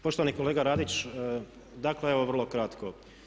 Poštovani kolega Radić, dakle evo vrlo kratko.